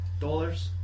dollars